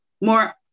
more